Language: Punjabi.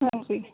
ਹਾਂਜੀ